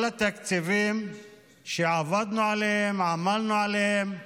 כל התקציבים שעבדנו עליהם, שעמלנו עליהם